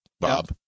Bob